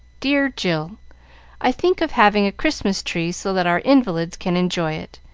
dear jill i think of having a christmas tree so that our invalids can enjoy it,